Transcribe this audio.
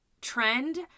trend